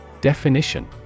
Definition